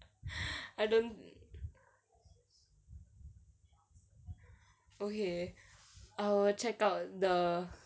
I dont't okay I will check out the